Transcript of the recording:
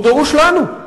והוא דרוש לנו,